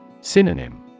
Synonym